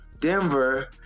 Denver